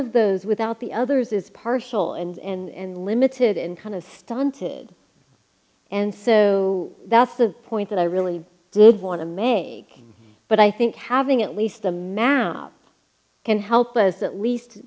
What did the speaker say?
of those without the others is partial and limited and kind of stunted and so that's the point that i really did want to meg but i think having at least a map can help as at least